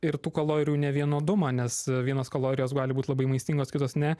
ir tų kalorijų nevienodumą nes vienos kalorijos gali būti labai maistingos kitos ne